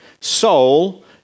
soul